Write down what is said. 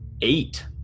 eight